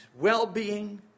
well-being